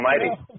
almighty